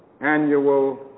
annual